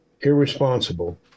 irresponsible